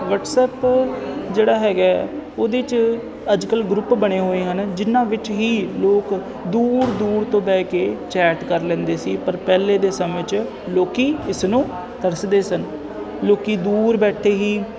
WhatsApp ਜਿਹੜਾ ਹੈਗਾ ਉਹਦੇ 'ਚ ਅੱਜ ਕੱਲ੍ਹ ਗਰੁੱਪ ਬਣੇ ਹੋਏ ਹਨ ਜਿਨ੍ਹਾਂ ਵਿੱਚ ਹੀ ਲੋਕ ਦੂਰ ਦੂਰ ਤੋਂ ਬਹਿ ਕੇ ਚੈਟ ਕਰ ਲੈਂਦੇ ਸੀ ਪਰ ਪਹਿਲੇ ਦੇ ਸਮੇਂ 'ਚ ਲੋਕ ਇਸ ਨੂੰ ਤਰਸਦੇ ਸਨ ਲੋਕ ਦੂਰ ਬੈਠੇ ਹੀ